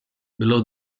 below